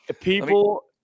people –